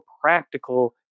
practical